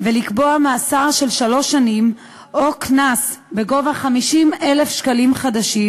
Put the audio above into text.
ולקבוע מאסר של שלוש שנים או קנס בגובה 50,000 שקלים חדשים,